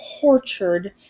tortured